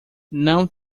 não